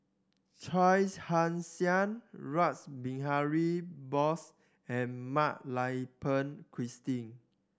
Chia Ann Siang Rash Behari Bose and Mak Lai Peng Christine